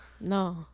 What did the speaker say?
No